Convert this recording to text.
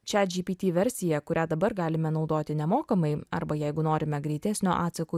chatgpt versija kurią dabar galime naudoti nemokamai arba jeigu norime greitesnio atsako